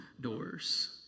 doors